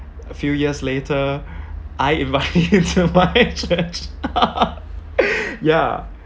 a few years later I invite you to my church yeah